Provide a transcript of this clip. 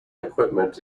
equipment